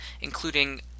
including